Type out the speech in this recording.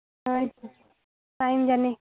ᱦᱳᱭᱛᱚ ᱴᱟᱭᱤᱢ ᱡᱟᱹᱱᱤᱡ